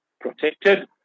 protected